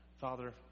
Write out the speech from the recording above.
Father